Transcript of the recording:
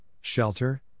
shelter